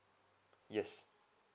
yes